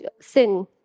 sin